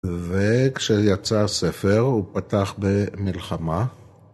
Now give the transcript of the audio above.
וכשיצא הספר הוא פתח במלחמה